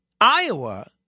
Iowa